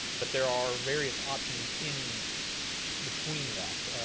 but there are various options in between that,